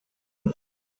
und